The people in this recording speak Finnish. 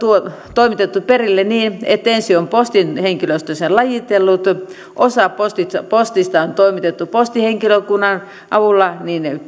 toimitettu perille niin että ensin on postin henkilöstö sen lajitellut osa postista on toimitettu postihenkilökunnan avulla